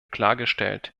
klargestellt